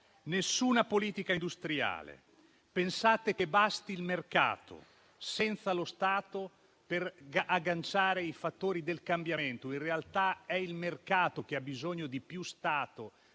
nessuna politica industriale; pensate che basti il mercato, senza lo Stato, per agganciare i fattori del cambiamento. In realtà, è il mercato che ha bisogno di più Stato,